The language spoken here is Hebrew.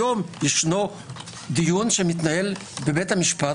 היום יש דיון שמתנהל בבית המשפט.